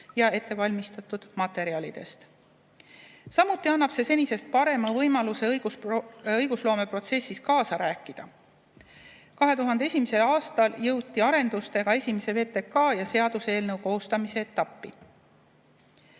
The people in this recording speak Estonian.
ja ettevalmistatud materjalidest. Samuti annab see senisest parema võimaluse õigusloomeprotsessis kaasa rääkida. 20[2]1. aastal jõuti arendustega esimese VTK ja seaduseelnõu koostamise etappi.